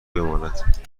بماند